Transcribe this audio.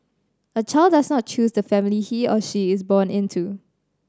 a child does not choose the family he or she is born into